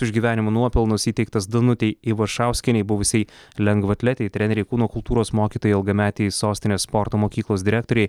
už gyvenimo nuopelnus įteiktas danutei ivašauskienei buvusiai lengvaatletei trenerei kūno kultūros mokytojai ilgametei sostinės sporto mokyklos direktorei